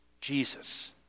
Jesus